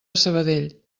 sabadell